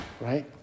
Right